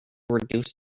reduce